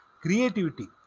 creativity